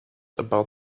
about